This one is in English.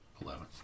Eleven